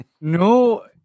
No